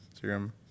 serum